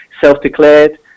self-declared